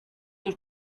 your